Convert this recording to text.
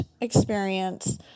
experience